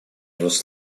was